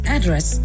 Address